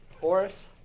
Horace